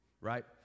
right